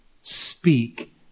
speak